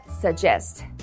suggest